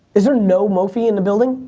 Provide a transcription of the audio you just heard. is there no mophie in the building?